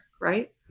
right